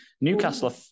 Newcastle